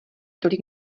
tolik